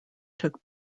took